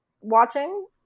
watching